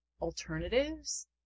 alternatives